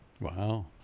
Wow